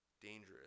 dangerous